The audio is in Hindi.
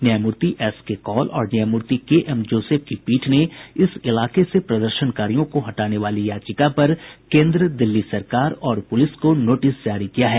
न्यायमूर्ति एस के कौल और न्यायमूर्ति के एम जोसेफ की पीठ ने इस इलाके से प्रदर्शनकारियों को हटाने वाली याचिका पर केन्द्र दिल्ली सरकार और पुलिस को नोटिस जारी किया है